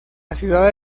ciudad